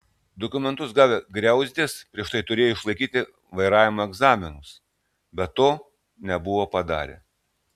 dokumentus gavę griauzdės prieš tai turėjo išlaikyti vairavimo egzaminus bet to nebuvo padarę